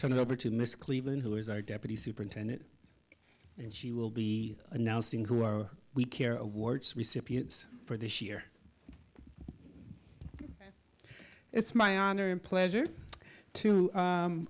turn it over to miss cleveland who is our deputy superintendent and she will be announcing who are we care warts recipients for this year it's my honor and pleasure to